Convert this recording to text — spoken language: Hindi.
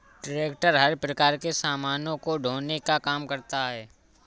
ट्रेक्टर हर प्रकार के सामानों को ढोने का काम करता है